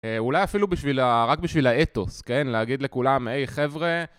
אולי אפילו בשביל ה... רק בשביל האתוס, כן? להגיד לכולם, היי חבר'ה...